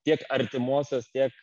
tiek artimosios tiek